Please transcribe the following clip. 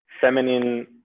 feminine